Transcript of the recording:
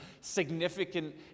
significant